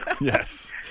Yes